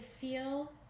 feel